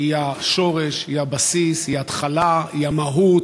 היא השורש, היא הבסיס, היא ההתחלה, היא המהות,